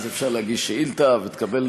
אז אפשר להגיש שאילתה ותקבל תשובה,